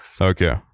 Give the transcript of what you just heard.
Okay